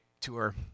tour